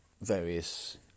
various